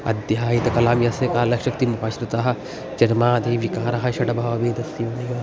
अध्याहितकलां यस्य कालशक्तिमुपाश्रिताः जन्मादयो विकाराः षड्भावभेदस्य योनयः